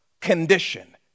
condition